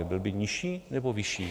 Byl by nižší, nebo vyšší?